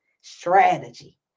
strategy